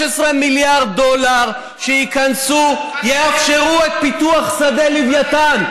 15 מיליארד דולר שייכנסו יאפשרו את פיתוח שדה לווייתן.